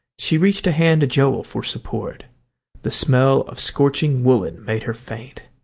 she reached a hand to joel for support the smell of scorching woollen made her faint.